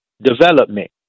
Development